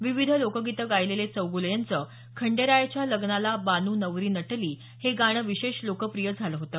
विविध लोकगीतं गायलेले चौगूलं यांचं खंडेरायाच्या लग्नाला बानू नवरी नटली हे गाणं विशेष लोकप्रिय झालं होतं